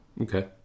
Okay